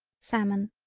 salmon.